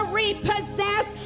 repossess